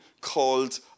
called